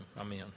Amen